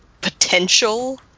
potential